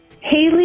Haley